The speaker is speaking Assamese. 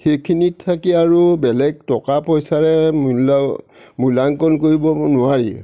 সেইখিনিত থাকি আৰু বেলেগ টকা পইচাৰে মূল্যাংকন কৰিব নোৱাৰি